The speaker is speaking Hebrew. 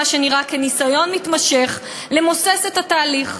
שנראה כניסיון מתמשך למוסס את התהליך.